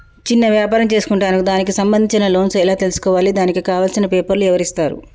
చిన్న వ్యాపారం చేసుకుంటాను దానికి సంబంధించిన లోన్స్ ఎలా తెలుసుకోవాలి దానికి కావాల్సిన పేపర్లు ఎవరిస్తారు?